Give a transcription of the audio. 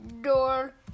door